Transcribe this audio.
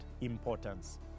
importance